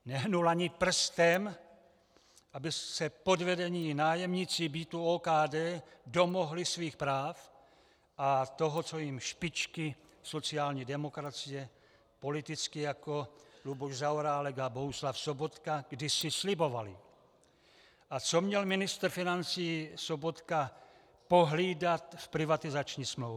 Nehnul ani prstem, aby se podvedení nájemníci bytů OKD domohli svých práv a toho, co jim špičky sociální demokracie, politici jako Luboš Zaorálek a Bohuslav Sobotka, kdysi slibovaly a co měl ministr financí Sobotka pohlídat v privatizační smlouvě.